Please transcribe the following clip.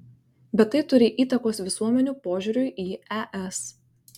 bet tai turi įtakos visuomenių požiūriui į es